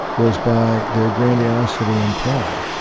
was by their grandiosity and pride.